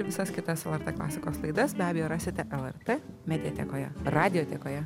visas kitas lrt klasikos laidas be abejo rasite lrt mediatekoje radijotekoje